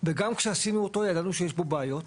וגם כשעשינו אותו ידענו שיש פה בעיות,